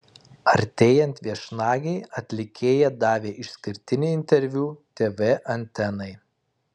artėjant viešnagei atlikėja davė išskirtinį interviu tv antenai